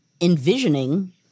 envisioning